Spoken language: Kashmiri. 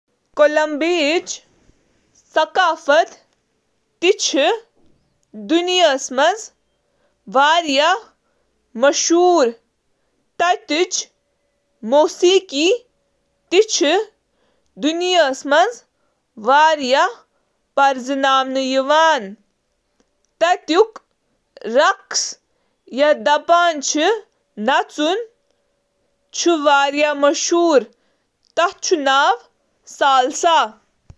کولمبیاہچ ثقافت چِھ مقأمی، افریقی تہٕ ہسپانوی اثراتن ہنٛد اکھ متحرک مرکب، یُس امکس موسیقی، رقص، تہوار تہٕ کھیٛن منٛز چُھ ظأہر گژھان: